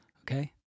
Okay